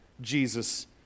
Jesus